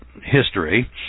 history